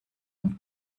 und